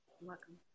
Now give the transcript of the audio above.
welcome